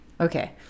Okay